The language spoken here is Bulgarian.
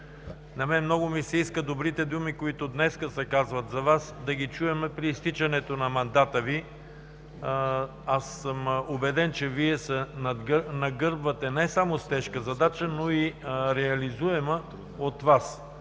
важна. Много ми се иска добрите думи, които днес се казват за Вас, да ги чуем при изтичането на мандата Ви. Убеден съм, че се нагърбвате не само с тежка задача, но и реализуема от Вас,